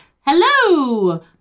Hello